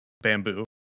bamboo